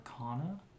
arcana